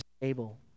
stable